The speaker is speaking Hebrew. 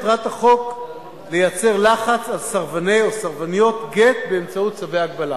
מטרת החוק לייצר לחץ על סרבנים או סרבניות של גט באמצעות צווי הגבלה.